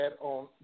on